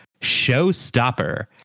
showstopper